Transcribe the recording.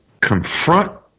confront